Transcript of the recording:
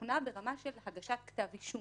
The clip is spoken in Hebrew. משוכנע ברמה של הגשת כתב אישום.